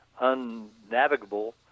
unnavigable